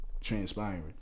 transpiring